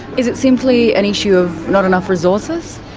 is it simply an issue of not enough resources?